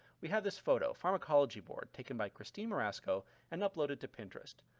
we have this photo, pharmacology board, taken by christine marasco and uploaded to pinterest.